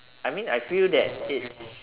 I mean I feel that it's